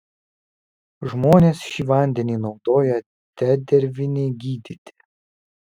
žmonės šį vandenį naudoja dedervinei gydyti